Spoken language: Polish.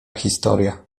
historia